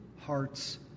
hearts